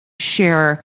share